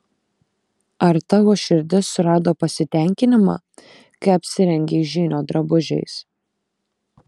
ar tavo širdis surado pasitenkinimą kai apsirengei žynio drabužiais